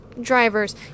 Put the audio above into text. drivers